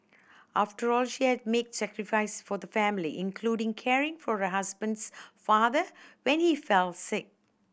after all she had made sacrifice for the family including caring for her husband's father when he fell sick